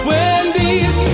Wendy's